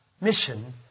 mission